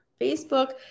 Facebook